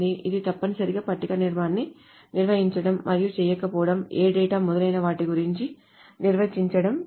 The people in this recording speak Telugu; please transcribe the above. ఇది తప్పనిసరిగా పట్టిక నిర్మాణాన్ని నిర్వచించడం మరియు చేయకపోవడం ఏ డేటా మొదలైన వాటి గురించి నిర్వచించడం కాదు